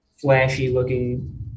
flashy-looking